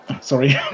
Sorry